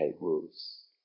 rules